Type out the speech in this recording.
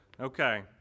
Okay